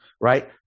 right